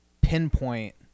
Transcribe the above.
pinpoint